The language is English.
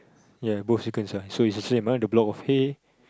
ya both chickens ah so it's the same ah the block of hay